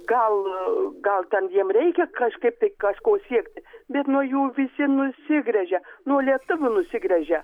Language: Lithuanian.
gal gal ten jiem reikia kažkaip tai kažko siekti bet nuo jų visi nusigręžia nuo lietuvių nusigręžia